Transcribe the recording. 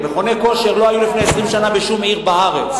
מכוני כושר לא היו לפני 20 שנה בשום עיר בארץ.